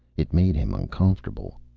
it made him uncomfortable.